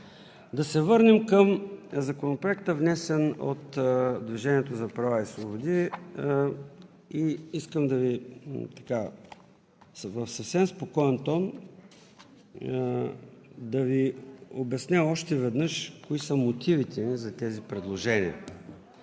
да се върнем към Законопроекта, внесен от „Движението за права и свободи“. Искам, в съвсем спокоен тон, да Ви обясня още веднъж кои са мотивите ни за тези предложения.